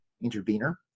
intervener